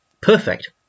perfect